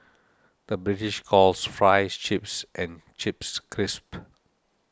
the British calls Fries Chips and Chips Crisps